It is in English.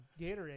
Gatorade